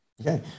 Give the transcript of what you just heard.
okay